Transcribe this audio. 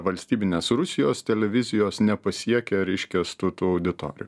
valstybines rusijos televizijos nepasiekia reiškias tų tų auditorijų